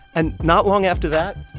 and not long after that.